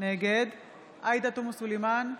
נגד עאידה תומא סלימאן,